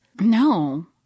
No